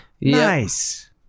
Nice